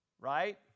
right